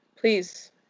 please